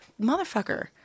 motherfucker